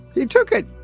they took it